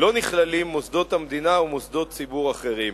לא נכללים מוסדות המדינה ומוסדות ציבור אחרים.